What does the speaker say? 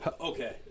Okay